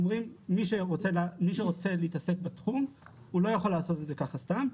אנחנו אומרים שמי שרוצה להצטרף לתחום הוא לא יכול לעשות את זה ככה סתם,